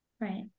Right